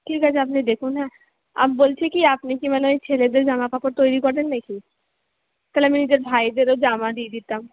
ঠিক আছে আপনি দেখুন হ্যাঁ আর বলছি কি আপনি কি মানে ওই ছেলেদের জামাকাপড় তৈরি করেন নাকি তাহলে আমি নিজের ভাইদেরও জামা দিয়ে দিতাম